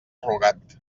rugat